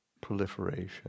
proliferation